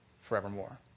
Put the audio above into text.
forevermore